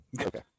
Okay